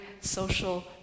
social